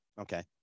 Okay